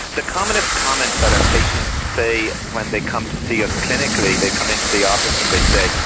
the commonest comment that our patients say when they come to see us clinically, they come into the office and they say,